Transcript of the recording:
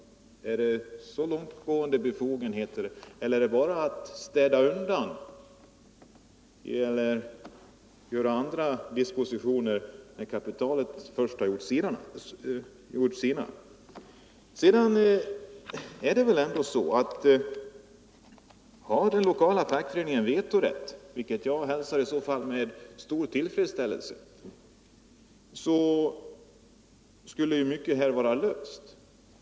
Skulle befogenheterna bli så långtgående eller gäller det bara att städa undan och göra andra dispositioner när kapitalet först har gjort sina? Om den lokala fackföreningen fick vetorätt — vilket jag skulle hälsa med stor tillfredsställelse — skulle mycket vara löst.